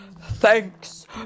Thanks